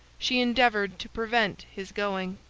she endeavored to prevent his going.